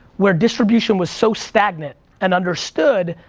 where distribution was so stagnant and understood,